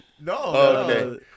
No